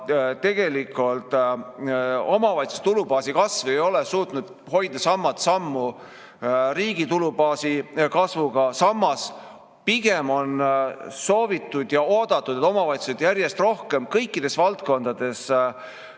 tegelikult omavalitsuste tulubaasi kasv ei ole suutnud hoida sammu riigi tulubaasi kasvuga. Samas, pigem on soovitud ja oodatud, et omavalitsused järjest rohkem kõikides valdkondades osutaksid